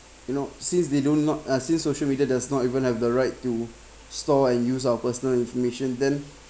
you know since they do not uh since social media does not even have the right to store and use our personal information then